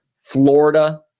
Florida